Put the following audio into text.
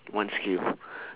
one skill